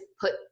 put